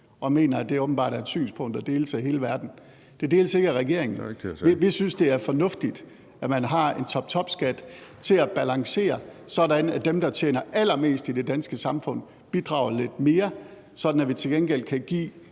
mener, at det er et synspunkt, der deles af hele verden. Det deles ikke af regeringen. Vi synes, det er fornuftigt, at man har en toptopskat til at balancere det, sådan at dem, der tjener allermest i det danske samfund, bidrager lidt mere, og sådan at vi til gengæld kan give